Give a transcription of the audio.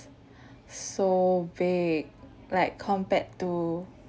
so big like compared to